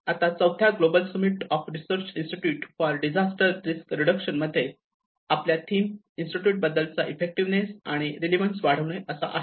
आता चौथ्या global summit of research institute for disaster risk reduction मध्ये आपल्या थीम इन्स्टिट्यूट बद्दलचा इफेक्टिवेनेस आणि रेलेवन्स वाढविणे असा आहे